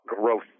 growth